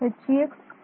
மாணவர் Hx Hy